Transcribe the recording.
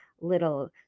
little